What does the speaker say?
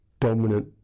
dominant